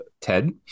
Ted